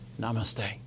Namaste